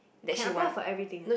can apply for everything